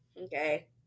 Okay